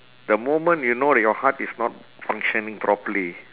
the moment you know that your heart is not functioning properly